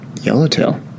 Yellowtail